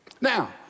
Now